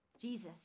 Jesus